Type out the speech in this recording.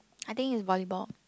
I think is volleyball